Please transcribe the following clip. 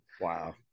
wow